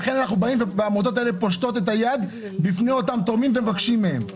לכן העמותות האלה פושטות את היד בפני אותם תורמים ומבקשים מהם.